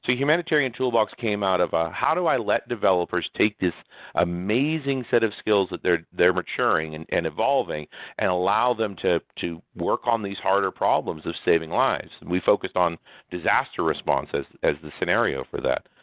humanitarian toolbox came out of, how do i let developers take this amazing set of skills that they're they're maturing and and evolving and allow them to to work on these harder problems of saving lives? we've focused on disaster response as as the scenario for that.